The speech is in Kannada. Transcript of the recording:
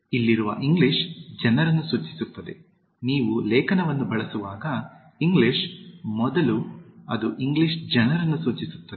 ಇಲ್ಲಿರುವ ಇಂಗ್ಲಿಷ್ ಜನರನ್ನು ಸೂಚಿಸುತ್ತದೆ ನೀವು ಲೇಖನವನ್ನು ಬಳಸುವಾಗ ಇಂಗ್ಲಿಷ್ ಮೊದಲು ಅದು ಇಂಗ್ಲಿಷ್ ಜನರನ್ನು ಸೂಚಿಸುತ್ತದೆ